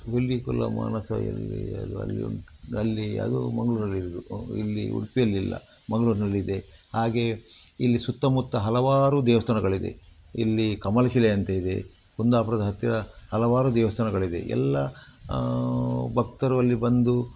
ಪಿಲಿಕುಳ ಮಾನಸ ಎಲ್ಲಿ ಅದು ಅಲ್ಲಿ ಉಂಟು ಅಲ್ಲೀ ಅದು ಮಂಗಳೂರಲ್ಲಿ ಇರೋದು ಇಲ್ಲಿ ಉಡುಪಿಯಲ್ಲಿ ಇಲ್ಲ ಮಂಗ್ಳೂರಿನಲ್ಲಿ ಇದೆ ಹಾಗೆ ಇಲ್ಲಿ ಸುತ್ತಮುತ್ತ ಹಲವಾರು ದೇವಸ್ಥಾನಗಳಿದೆ ಇಲ್ಲಿ ಕಮಲಶಿಲೆ ಅಂತ ಇದೆ ಕುಂದಾಪುರದ ಹತ್ತಿರ ಹಲವಾರು ದೇವಸ್ಥಾನಗಳಿದೆ ಎಲ್ಲ ಭಕ್ತರು ಅಲ್ಲಿ ಬಂದು